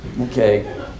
Okay